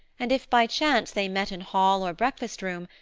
and if by chance they met in hall or breakfast room,